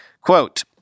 Quote